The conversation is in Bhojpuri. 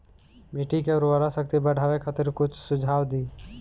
मिट्टी के उर्वरा शक्ति बढ़ावे खातिर कुछ सुझाव दी?